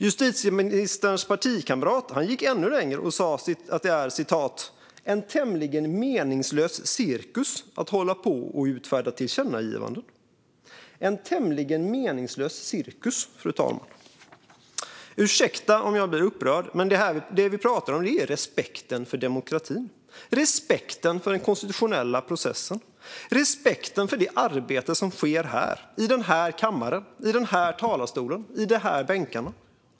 Justitieministers partikamrat gick ännu längre och sa att "det är en tämligen meningslös cirkus att hålla på och utfärda tillkännagivanden". En tämligen meningslös cirkus, fru talman. Ursäkta om jag blir upprörd, men det vi pratar om här är respekten för demokratin. Respekten för den konstitutionella processen. Respekten för det arbete som sker i den här kammaren, i den här talarstolen, i de här bänkarna.